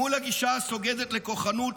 מול הגישה הסוגדת לכוחנות,